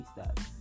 steps